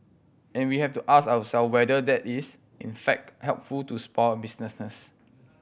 and we have to ask ourself whether that is in fact helpful to small businesses